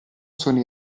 sono